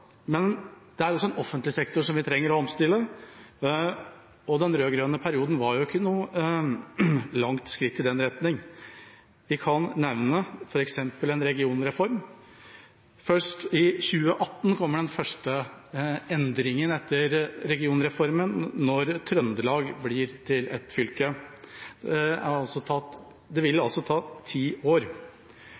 men det er også en offentlig sektor vi trenger å omstille, og den rød-grønne perioden var ikke noe langt skritt i den retning. Vi kan nevne f.eks. en regionreform. Først i 2018 kommer den første endringen etter regionreformen, når Trøndelag blir til ett fylke. Det vil altså ta ti år.